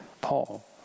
Paul